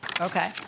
Okay